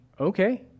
okay